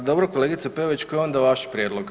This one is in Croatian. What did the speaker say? Pa dobro kolegice Peović, koji je onda vaš prijedlog?